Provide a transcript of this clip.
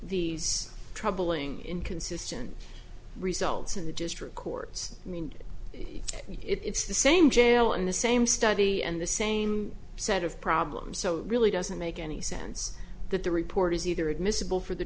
these troubling inconsistent results in the district courts i mean it's the same jail and the same study and the same set of problems so really doesn't make any sense that the report is either admissible for the